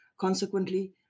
Consequently